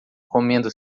comendo